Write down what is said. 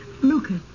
Lucas